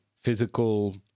physical